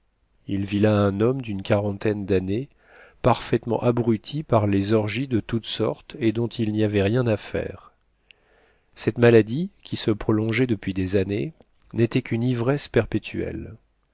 il vit là un homme dune quarantaine d'années parfaitement abruti par les orgies de toutes sortes et dont il n'y avait rien à faire cette maladie qui se prolongeait depuis des années n'était qu'une ivresse perpétuelle